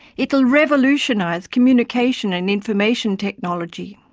it will revolutionise communication and information technology.